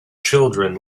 children